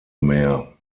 mehr